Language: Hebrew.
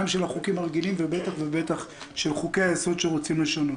של החוקים הרגילים ובטח ובטח של היסוד שרוצים לשנות.